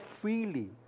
freely